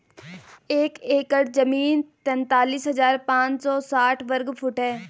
एक एकड़ जमीन तैंतालीस हजार पांच सौ साठ वर्ग फुट है